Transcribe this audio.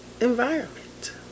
Environment